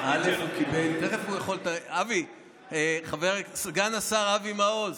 הוא קיבל, סגן השר אבי מעוז,